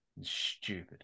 stupid